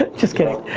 ah just kidding.